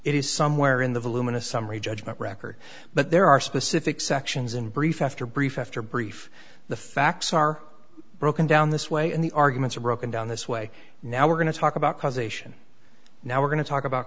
is somewhere in the voluminous summary judgment record but there are specific sections in brief after brief after brief the facts are broken down this way and the arguments are broken down this way now we're going to talk about causation now we're going to talk about